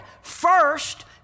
first